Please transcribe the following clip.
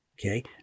okay